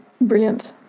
brilliant